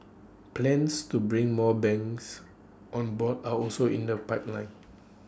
plans to bring more banks on board are also in the pipeline